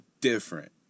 different